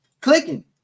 clicking